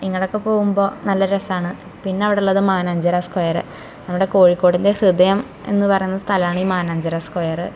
ഇങ്ങോട്ടൊക്കെ പോവുമ്പോൾ നല്ല രസമാണ് പിന്നെ ഇവിടെ ഉള്ളത് മാനാഞ്ചര സ്ക്വയർ നമ്മുടെ കോഴിക്കോടിൻ്റെ ഹൃദയം എന്ന് പറയുന്ന സ്ഥലമാണ് ഈ മാനാഞ്ചര സ്ക്വയർ